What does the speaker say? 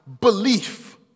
belief